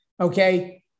okay